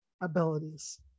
abilities